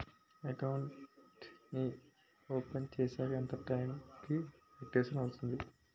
Account నీ open చేశాక ఎంత టైం కి ఆక్టివేట్ అవుతుంది?